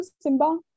Simba